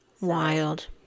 Wild